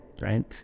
right